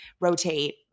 Rotate